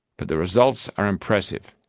but the results are impressive.